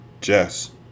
Jess